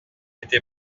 été